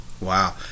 Wow